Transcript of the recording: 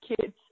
kids